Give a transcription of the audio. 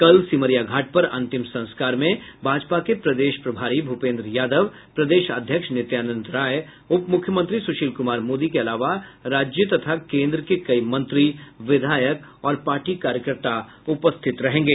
कल सिमरिया घाट पर अंतिम संस्कार में भाजपा के प्रदेश प्रभारी भूपेन्द्र यादव प्रदेश अध्यक्ष नित्यांनद राय उपमुख्यमंत्री सुशील कुमार मोदी के अलावा राज्य तथा कोन्द्र के कई मंत्री विधायक और पार्टी कार्यकर्ता उपस्थित रहेंगे